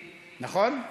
נכון,